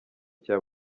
cya